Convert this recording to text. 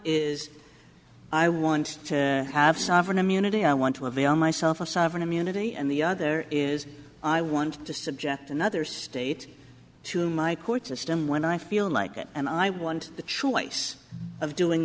is i want to have sovereign immunity i want to avail myself of sovereign immunity and the other is i want to subject another state to my court system when i feel like it and i want the choice of doing